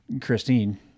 Christine